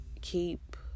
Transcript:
keep